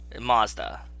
Mazda